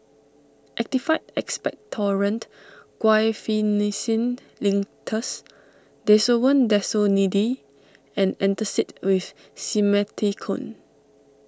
Actified Expectorant Guaiphenesin Linctus Desowen Desonide and Antacid with Simethicone